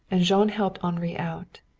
and jean helped henri out.